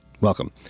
Welcome